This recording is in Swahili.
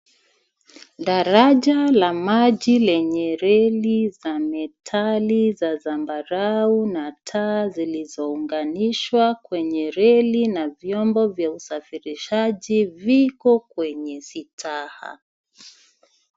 Daraja la maji lenye reli za metali za zambarau na taa zilizounganishwa kwenye reli na vyombo vya usafirishaji viko kwenye staha.